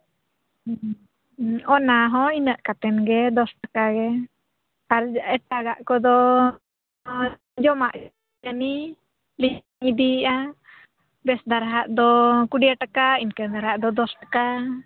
ᱦᱮᱸ ᱚᱱᱟ ᱦᱚᱸ ᱤᱱᱟᱹᱜ ᱠᱟᱛᱮᱱ ᱜᱮ ᱫᱚᱥ ᱴᱟᱠᱟ ᱜᱮ ᱟᱨ ᱮᱴᱟᱜᱟᱜ ᱠᱚᱫᱚ ᱡᱚᱢᱟᱜ ᱡᱟᱹᱱᱤᱡ ᱞᱤᱧ ᱤᱫᱤᱭᱮᱫᱼᱟ ᱵᱮᱥ ᱫᱷᱟᱨᱟᱣᱟᱜ ᱫᱚ ᱠᱩᱲᱤ ᱴᱟᱠᱟ ᱤᱱᱠᱟᱹ ᱫᱷᱟᱨᱟᱣᱟᱜ ᱫᱚ ᱫᱚᱥ ᱴᱟᱠᱟ